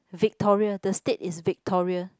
Victoria the state is Victoria